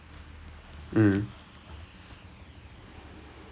நான் அதுலே வந்து:naan athulae vanthu daily he'll send me physiotherapy exercises